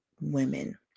women